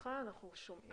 חברת